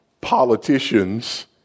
politicians